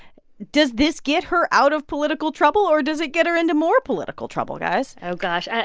does this get her out of political trouble, or does it get her into more political trouble, guys? oh, gosh. ah